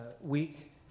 week